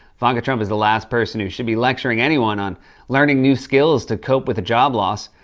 ivanka trump is the last person who should be lecturing anyone on learning new skills to cope with a job loss.